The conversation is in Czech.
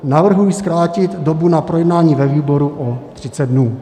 Navrhuji zkrátit dobu na projednání ve výboru o 30 dnů.